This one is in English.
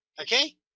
Okay